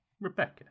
Rebecca